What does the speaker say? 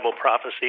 prophecy